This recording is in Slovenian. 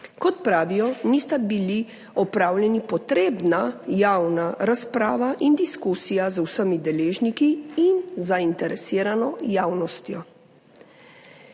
Kot pravijo, nista bili opravljeni potrebna javna razprava in diskusija z vsemi deležniki in zainteresirano javnostjo.